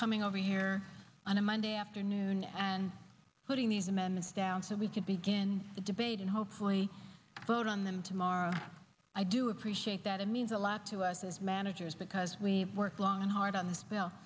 coming over here on a monday afternoon and putting these amendments down so we could begin the debate and hopefully vote on them tomorrow i do appreciate that it means a lot to us as managers because we work long and hard on the spell